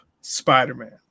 Spider-Man